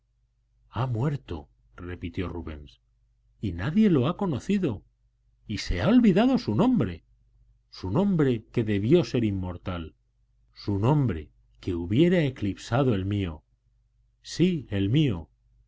ha muerto repitió rubens y nadie lo ha conocido y se ha olvidado su nombre su nombre que debió ser inmortal su nombre que hubiera eclipsado el mío sí el mío